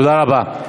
תודה רבה.